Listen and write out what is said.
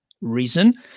reason